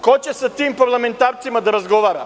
Ko će sa tim parlamentarcima da razgovara?